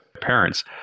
parents